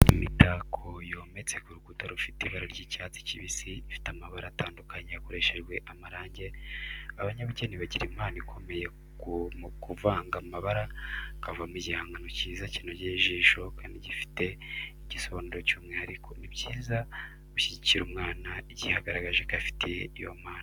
Imitako yometse ku rukuta rufite ibara ry'icyatsi kibisi, ifite amabara atandukanye yakoreshejwe amarangi, abanyabugeni bagira impano ikomeye yo kuvanga amabara akavamo igihangano cyiza kinogeye ijisho kandi gifite igisobanuro cy'umwihariko. Ni byiza gushyigikira umwana igihe agaragaje ko afite iyo mpano.